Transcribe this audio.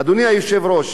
אדוני היושב-ראש,